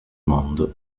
mondo